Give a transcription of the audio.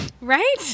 Right